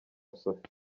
sophie